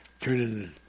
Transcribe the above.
turning